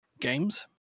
games